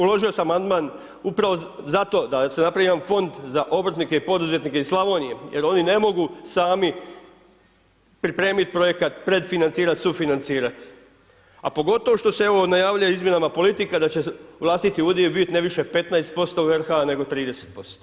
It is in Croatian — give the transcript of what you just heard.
Uložio sam amandman upravo zato da se napravi jedan fond za obrtnike i poduzetnike iz Slavonije jer oni ne mogu sami pripremiti projekat, predfinancirati, sufinancirat a pogotovo evo što se najavljuje izmjenama politika da će vlastiti udio biti ne više od 15% u RH nego 30%